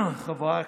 חברי הכנסת,